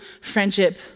friendship